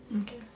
okay